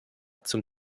zum